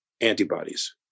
Antibodies